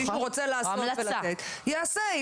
אם מישהו רוצה לעשות ולתת יעשה.